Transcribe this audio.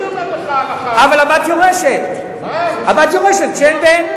אבל הבת יורשת כשאין בן.